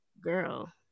girl